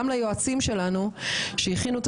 גם ליועצים שלנו שהכינו את